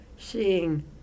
seeing